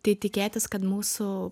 tai tikėtis kad mūsų